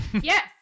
Yes